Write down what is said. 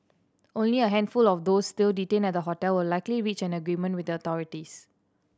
only a handful of those still detained at the hotel will likely reach an agreement with authorities